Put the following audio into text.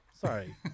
Sorry